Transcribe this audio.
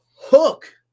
hook